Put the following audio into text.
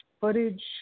footage